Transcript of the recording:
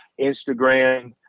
Instagram